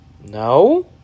No